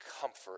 comfort